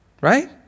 Right